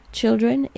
children